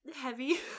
heavy